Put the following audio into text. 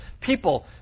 people